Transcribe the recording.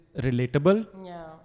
relatable